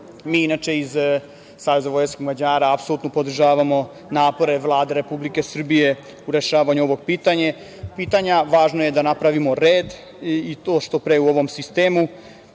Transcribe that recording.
iz Saveza vojvođanskih Mađara apsolutno podržavamo napore Vlade Republike Srbije u rešavanju ovog pitanja. Važno je da napravimo red, i to što pre, u ovom sistemu,